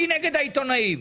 אני נגד העיתונאים,